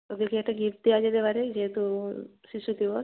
ওদেরকে একটা গিফট দেওয়া যেতে পারে যেহেতু শিশু দিবস